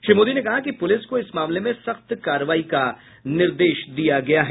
श्री मोदी ने कहा कि पुलिस को इस मामले में सख्त कार्रवाई का निर्देश दिया गया है